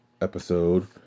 episode